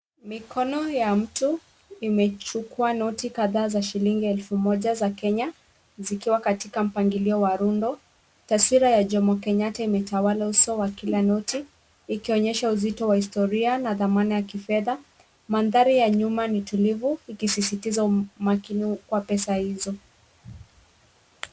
Mikono ya mtu imechukua noti kadhaa za shilingi elfu moja za Kenya, zikiwa katika mpangilio wa rundo. Taswira ya Jomo Kenyatta imetawala uso wa kila noti, ikionyesha uzito wa historia na dhamana ya kifedha. Mandhari ya nyuma ni tulivu, ikisisitiza umakini kwa pesa hizo.